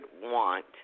want